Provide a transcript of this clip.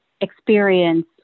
experience